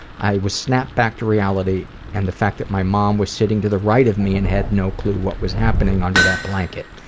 i was snapped back to reality, and the fact that my mom was sitting to the right of me and had no clue what was happening under that blanket.